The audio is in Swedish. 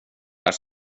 här